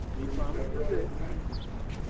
believe deborah is next.